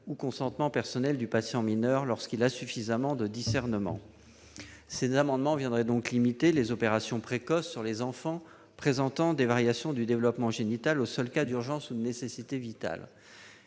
de consentement personnel du patient mineur, lorsque celui-ci a suffisamment de discernement. L'adoption de ces amendements limiterait les opérations précoces pratiquées sur les enfants présentant des variations du développement génital aux seuls cas d'urgence ou de nécessité vitale.